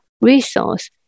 resource